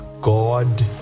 God